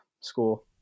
school